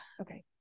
Okay